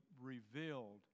revealed